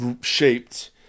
shaped